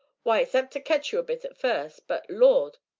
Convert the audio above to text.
why, it's apt to ketch you a bit at first, but, lord!